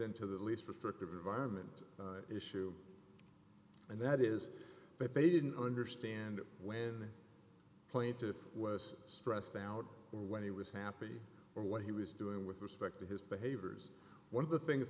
into the least restrictive environment issue and that is that they didn't understand when plaintiff was stressed out or when he was happy or what he was doing with respect to his behaviors one of the things